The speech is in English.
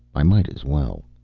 i might as well.